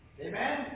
Amen